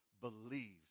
believes